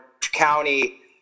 County